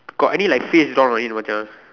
got any like face drawn on it Macha